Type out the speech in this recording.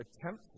attempt